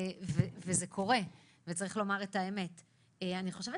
אני חושבת